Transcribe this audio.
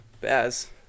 Baz